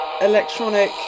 Electronic